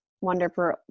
wonderful